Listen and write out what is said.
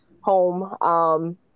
home